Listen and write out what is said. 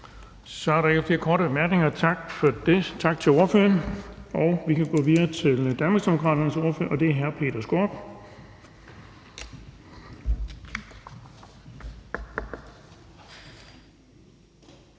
Så er der ikke flere korte bemærkninger. Tak til ordføreren. Vi kan gå videre til Danmarksdemokraternes ordfører, og det er hr. Peter Skaarup.